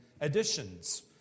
additions